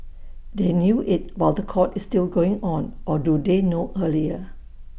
they knew IT while The Court is still going on or do they know earlier